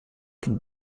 can